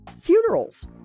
funerals